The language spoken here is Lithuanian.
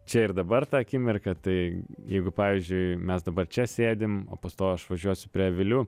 čia ir dabar tą akimirką tai jeigu pavyzdžiui mes dabar čia sėdim o po to aš važiuosiu prie avilių